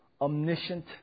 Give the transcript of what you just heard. omniscient